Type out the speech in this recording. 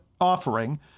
offering